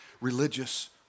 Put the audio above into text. religious